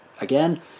Again